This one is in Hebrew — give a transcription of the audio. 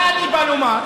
מה אני בא לומר,